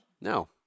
No